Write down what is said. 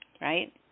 right